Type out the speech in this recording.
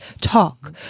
talk